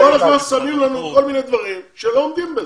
כל הזמן שמים לנו כל מיני דברים שלא עומדים בזה,